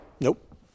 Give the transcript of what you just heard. nope